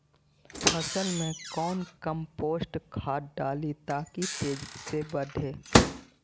फसल मे कौन कम्पोस्ट खाद डाली ताकि तेजी से बदे?